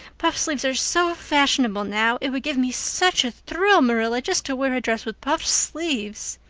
puffed sleeves are so fashionable now. it would give me such a thrill, marilla, just to wear a dress with puffed sleeves.